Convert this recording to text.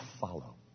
follow